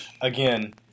Again